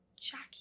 Jackie